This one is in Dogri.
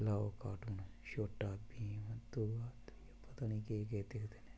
लाओ कॉर्टून छोटा भीम तौबा तौबा पता निं केह् केह् दिखदे न